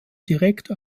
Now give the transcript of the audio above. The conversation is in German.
direktor